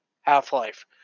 Half-Life